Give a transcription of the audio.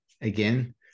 again